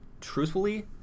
truthfully